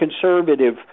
conservative